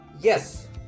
Yes